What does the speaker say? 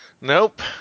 Nope